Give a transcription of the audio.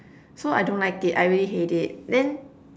so I don't like it I really hate it then